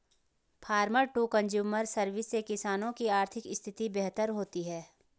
farmer to consumer service से किसानों की आर्थिक स्थिति बेहतर होती है